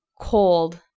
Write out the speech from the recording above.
cold